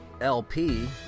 LP